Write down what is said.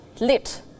lit